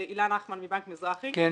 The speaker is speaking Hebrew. אני מבנק מזרחי טפחות.